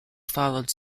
followed